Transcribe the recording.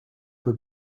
peux